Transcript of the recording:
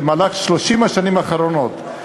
במהלך 30 השנים האחרונות,